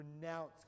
renounce